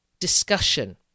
discussion